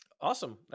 Awesome